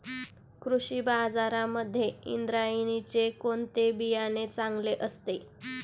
कृषी बाजारांमध्ये इंद्रायणीचे कोणते बियाणे चांगले असते?